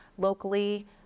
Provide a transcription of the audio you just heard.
locally